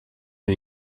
new